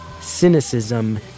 cynicism